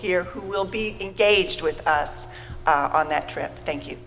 here who will be engaged with us on that trip thank you